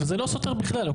וזה לא סותר בכלל.